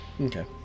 Okay